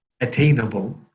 attainable